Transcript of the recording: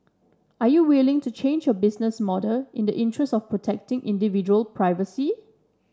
are you willing to change your business model in the interest of protecting individual privacy